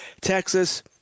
Texas